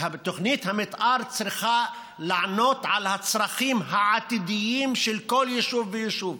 תוכנית המתאר צריכה לענות על הצרכים העתידיים של כל יישוב ויישוב.